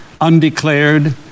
Undeclared